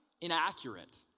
inaccurate